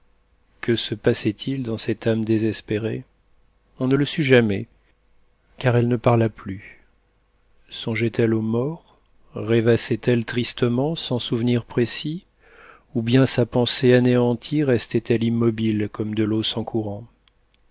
que se passait-il dans cette âme désespérée on ne le sut jamais car elle ne parla plus songeait-elle aux morts rêvassait elle tristement sans souvenir précis ou bien sa pensée anéantie restait elle immobile comme de l'eau sans courant